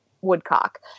Woodcock